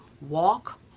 walk